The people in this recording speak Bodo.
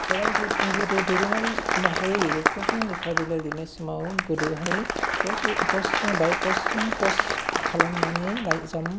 जेराव गोदो दोरोङारि महरै रेबगं जों लेखा बिलाइ लिरनाय समाव गोदोहाय बाइ फसथ खालामनानै लाइजाम